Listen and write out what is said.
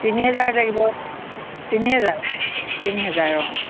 তিনি হেজাৰ লাগিব তিনি হেজাৰ তিনি হেজাৰ অঁ